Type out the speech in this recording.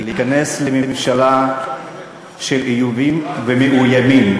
להיכנס לממשלה של מאיימים ומאוימים.